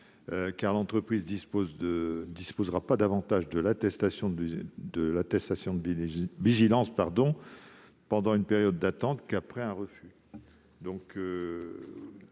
car l'entreprise ne disposera pas davantage de l'attestation de vigilance pendant une période d'attente qu'après un refus. Quel